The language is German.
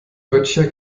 böttcher